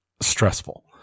stressful